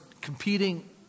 competing